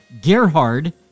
Gerhard